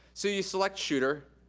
so you select shooter.